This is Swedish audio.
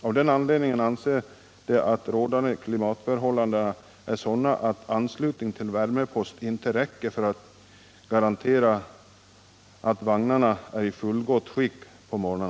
Och man anser att rådande 12 januari 1978 klimatförhållanden är sådana att anslutning till en värmepost inte räcker för att garantera att vagnarna är i fullgott skick på morgonen.